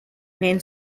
main